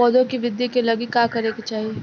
पौधों की वृद्धि के लागी का करे के चाहीं?